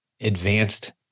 advanced